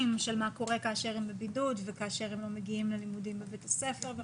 של מה קורה כאשר הם בבידוד וכאשר הם לא מגיעים ללימודים בבית הספר.